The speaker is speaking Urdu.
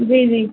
جی جی